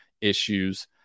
issues